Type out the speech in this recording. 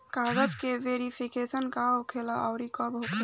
कागज के वेरिफिकेशन का हो खेला आउर कब होखेला?